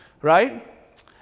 right